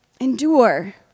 Endure